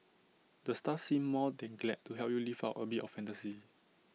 the staff seem more than glad to help you live out A bit of fantasy